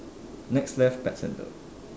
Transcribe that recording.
next left pet center